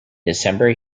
december